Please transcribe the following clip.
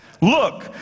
Look